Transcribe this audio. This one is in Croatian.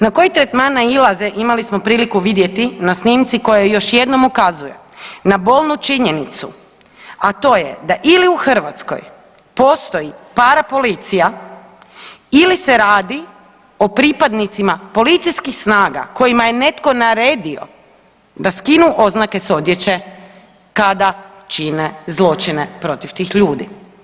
Na koji tretman nailaze imali smo priliku vidjeti na snimci koja još jednom ukazuje na bolnu činjenicu, a to je da ili u Hrvatskoj postoji parapolicija ili se radi o pripadnicima policijskih snaga kojima je netko naredio da skinu oznake s odjeće kada čine zločine protiv tih ljudi.